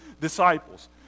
disciples